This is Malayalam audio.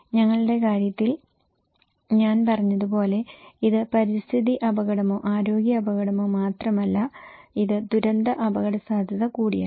ഞങ്ങളുടെ കാര്യത്തിൽ ഞാൻ പറഞ്ഞതുപോലെ ഇത് പരിസ്ഥിതി അപകടമോ ആരോഗ്യ അപകടമോ മാത്രമല്ല അത് ദുരന്ത അപകടസാധ്യത കൂടിയാണ്